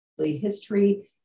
history